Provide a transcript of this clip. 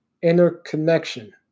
interconnection